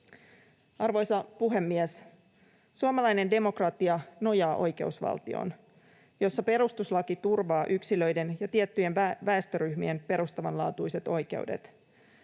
Arvoisa puhemies! Suomalainen demokratia nojaa oikeusvaltioon, jossa perustuslaki turvaa yksilöiden ja tiettyjen väestöryhmien perustavanlaatuiset oikeudet.